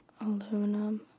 Aluminum